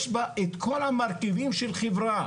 יש בה את כל המרכיבים של חברה.